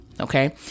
Okay